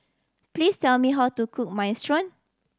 please tell me how to cook Minestrone